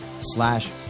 slash